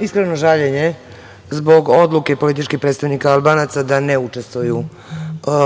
iskreno žaljenje, zbog odluke političkih predstavnika Albanaca da ne učestvuju